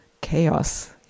chaos